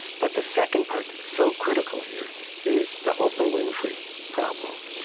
but the second part that's so critical here is the oprah winfrey problem,